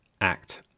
act